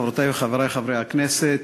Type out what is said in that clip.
חברותי וחברי חברי הכנסת,